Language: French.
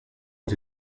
ont